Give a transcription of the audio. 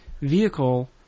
vehicle